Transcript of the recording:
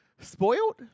spoiled